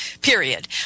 period